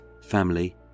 family